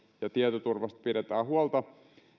ja tietoturvasta pidetään huolta